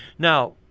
Now